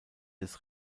des